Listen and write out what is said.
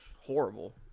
horrible